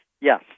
Yes